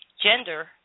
Gender